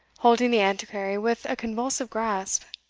holding the antiquary with a convulsive grasp.